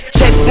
Check